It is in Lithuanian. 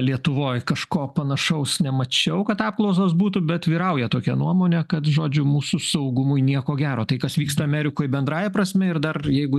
lietuvoj kažko panašaus nemačiau kad apklausos būtų bet vyrauja tokia nuomonė kad žodžiu mūsų saugumui nieko gero tai kas vyksta amerikoj bendrąja prasme ir dar jeigu